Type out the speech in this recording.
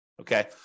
Okay